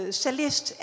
cellist